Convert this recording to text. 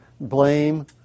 blame